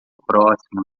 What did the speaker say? próxima